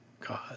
God